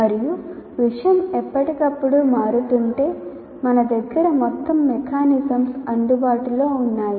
మరియు విషయం ఎప్పటికప్పుడు మారుతుంటే మన దగ్గర మొత్తం మెకానిసిమ్స్ అందుబాటులో ఉన్నాయి